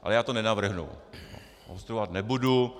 Ale já to nenavrhnu, obstruovat nebudu.